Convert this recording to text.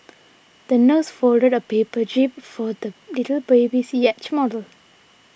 the nurse folded a paper jib for the little boy's yacht model